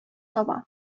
таба